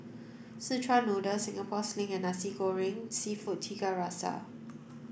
Szechuan noodle Singapore sling and Nasi Goreng Seafood Tiga Rasa